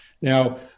Now